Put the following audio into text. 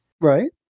right